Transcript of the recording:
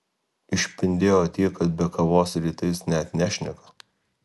išpindėjo tiek kad be kavos rytais net nešneka